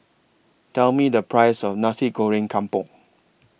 Tell Me The Price of Nasi Goreng Kampung